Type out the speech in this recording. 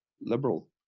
liberal